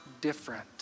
different